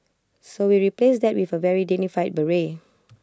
so we replaced that with A very dignified beret